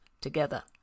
together